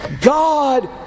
God